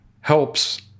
helps